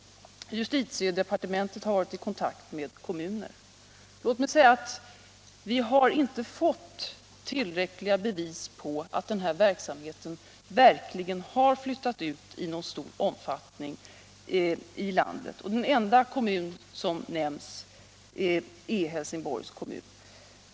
Justitiedepartementet har varit i kontakt med kommuner. Vi har inte fått tillräckliga bevis för att den här verksamheten verkligen har flyttat ut i landet i någon stor omfattning. Den enda kom mun som nämns är Helsingborgs kommun.